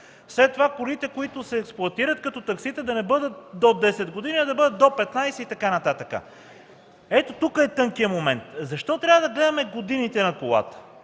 След това колите, които се експлоатират като таксита, да не бъдат до десет години, а да бъдат до петнадесет и така нататък. Ето тук е тънкият момент. Защо трябва да гледаме годините на колата?